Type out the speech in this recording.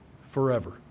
forever